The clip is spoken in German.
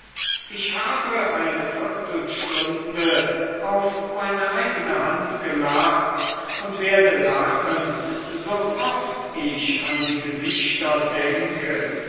ich habe eine viertelstunde auf meine eigene hand gelacht und werde lachen sooft ich an die gesichter denke